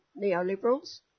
neoliberals